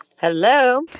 Hello